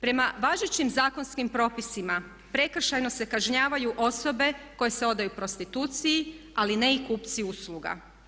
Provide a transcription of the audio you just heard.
Prema važećim zakonskim propisima prekršajno se kažnjavaju osobe koje se odaju prostituciji ali ne i kupci usluga.